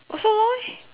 got so long meh